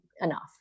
enough